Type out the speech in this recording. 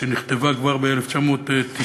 שנכתבה כבר ב-1997,